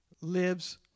lives